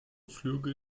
flüge